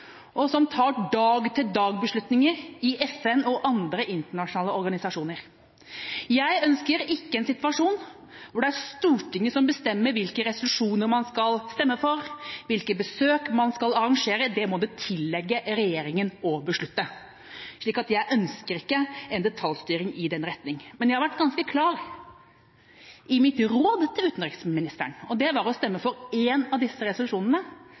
og som tar dag-til-dag-beslutninger i FN og i andre internasjonale organisasjoner. Jeg ønsker ikke en situasjon hvor det er Stortinget som bestemmer hvilke resolusjoner man skal stemme for, hvilke besøk man skal arrangere – det må det tilligge regjeringen å beslutte. Så jeg ønsker ikke en detaljstyring i den retning. Jeg var ganske klar i mitt råd til utenriksministeren, og det var å stemme for en av disse resolusjonene